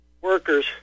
workers